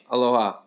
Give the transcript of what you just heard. Aloha